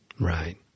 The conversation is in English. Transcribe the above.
right